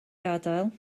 gadael